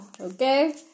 okay